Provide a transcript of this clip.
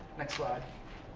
next slide.